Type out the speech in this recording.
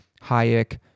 Hayek